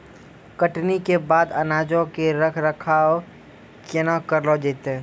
कटनी के बाद अनाजो के रख रखाव केना करलो जैतै?